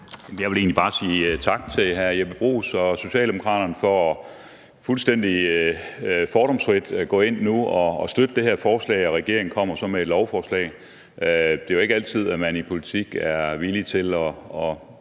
Jeg vil egentlig bare sige tak til hr. Jeppe Bruus og Socialdemokraterne for fuldstændig fordomsfrit at gå ind nu og støtte det her forslag, og regeringen kommer så med et lovforslag. Det er jo ikke altid, at man i politik er villig til at